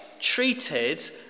treated